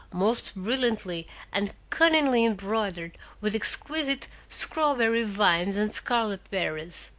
most brilliantly and cunningly embroidered with exquisite squawberry vines and scarlet berries.